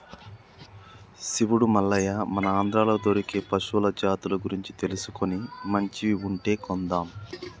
శివుడు మల్లయ్య మన ఆంధ్రాలో దొరికే పశువుల జాతుల గురించి తెలుసుకొని మంచివి ఉంటే కొందాం